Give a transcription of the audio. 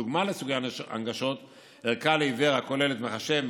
דוגמה לסוגי הנגשות: ערכה לעיוור הכוללת מחשב,